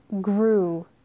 grew